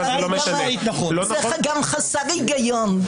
זה גם חסר היגיון.